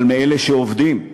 אבל מאלה שעובדים,